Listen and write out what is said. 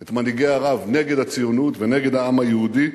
את מנהיגי ערב נגד הציונות ונגד העם היהודי.